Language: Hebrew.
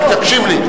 רק תקשיב לי.